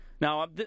Now